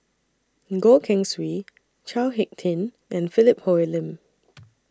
Goh Keng Swee Chao Hick Tin and Philip Hoalim